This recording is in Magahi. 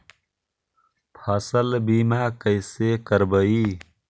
फसल बीमा कैसे करबइ?